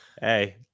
Hey